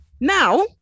Now